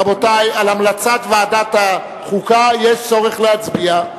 רבותי, על המלצת ועדת החוקה יש צורך להצביע.